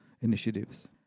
initiatives